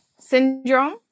syndrome